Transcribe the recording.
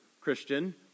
Christian